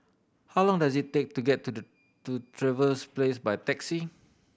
how long does it take to get to Trevose Place by taxi